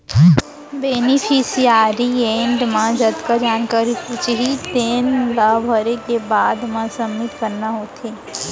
beneficiary add म जतका जानकारी पूछही तेन ला भरे के बाद म सबमिट करना होथे